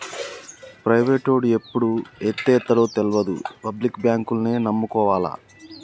ప్రైవేటోడు ఎప్పుడు ఎత్తేత్తడో తెల్వది, పబ్లిక్ బాంకుల్నే నమ్ముకోవాల